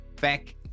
back